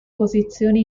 posizione